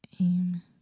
Aim